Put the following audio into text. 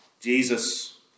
Jesus